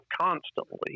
constantly